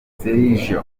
sergio